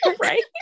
Right